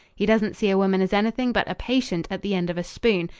he doesn't see a woman as anything but a patient at the end of a spoon,